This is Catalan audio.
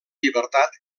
llibertat